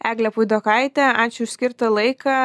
egle puidokaite ačiū už skirtą laiką